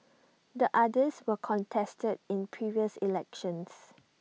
the others were contested in previous elections